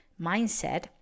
mindset